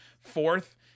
fourth